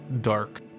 dark